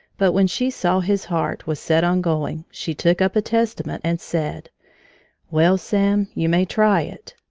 but when she saw his heart was set on going, she took up a testament and said well, sam, you may try it,